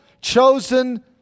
chosen